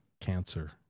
cancer